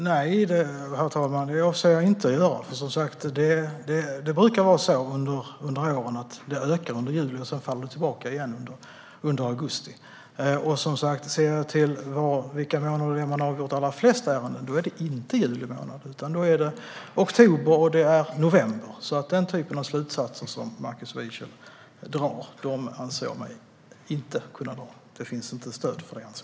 Herr talman! Nej, jag avser inte att göra det. Det har som sagt varit så här under årens lopp. I juli ökar det för att sedan falla tillbaka i augusti. Ska man titta på vilken månad då det avgörs allra flest ärenden blir det inte juli utan oktober och november. Sådana slutsatser som Markus Wiechel drar anser jag mig inte kunna dra. Det finns inget stöd för detta.